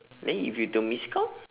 then if you termiscount